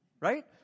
Right